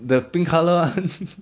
the pink colour [one]